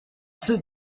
city